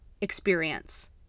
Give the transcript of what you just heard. experience